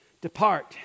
depart